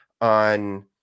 on